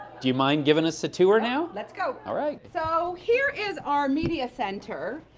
do you mind giving us a tour now? let's go. all right. so here is our media center,